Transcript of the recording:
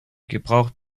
gebraucht